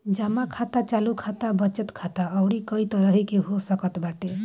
जमा खाता चालू खाता, बचत खाता अउरी कई तरही के हो सकत बाटे